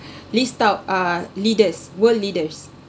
list out uh leaders world leaders